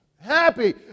Happy